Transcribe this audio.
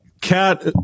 Cat